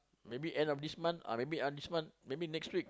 maybe end of this month ah maybe end of this month maybe next week